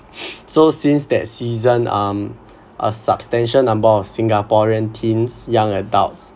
so since that season um a substantial number of singaporean teens young adults